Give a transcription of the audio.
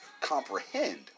comprehend